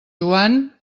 joan